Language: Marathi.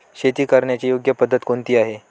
शेती करण्याची योग्य पद्धत कोणती आहे?